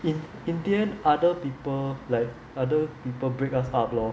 in in the end other people like other people break us up lor